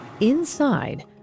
Inside